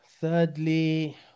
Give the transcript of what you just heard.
thirdly